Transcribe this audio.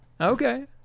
Okay